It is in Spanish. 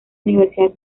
universidad